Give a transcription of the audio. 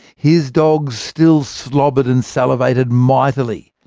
his dogs still slobbered and salivated mightily.